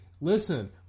Listen